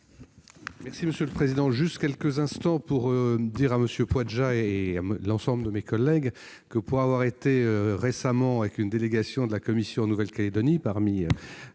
Merci, monsieur le président